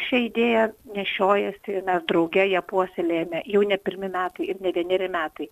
šią idėją nešiojasi ir mes drauge ją puoselėjame jau ne pirmi metai ir ne vieneri metai